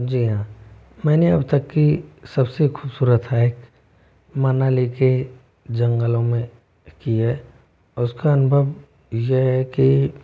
जी हाँ मैंने अब तक की सबसे खूबसूरत हाइक मनाली के जंगलों में की है और उसका अनुभव ये है कि